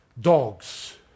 dogs